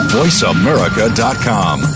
voiceamerica.com